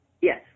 Yes